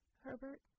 Herbert